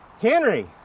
Henry